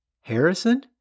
Harrison